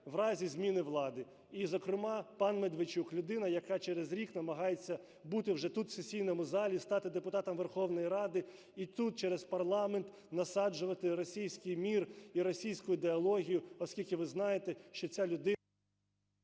в разі зміни влади. І, зокрема, пан Медведчук – людина, яка через рік намагається бути вже тут, в сесійному залі, стати депутатом Верховної Ради і тут через парламент насаджувати російський мір і російську ідеологію, оскільки ви знаєте, що ця людина…